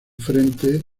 frente